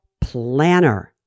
planner